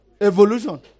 evolution